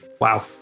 Wow